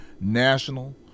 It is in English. national